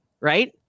Right